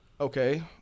okay